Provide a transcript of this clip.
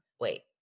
Wait